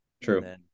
true